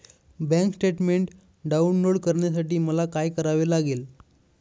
Bank statement download करण्यासाठी मला काय करावे लागेल?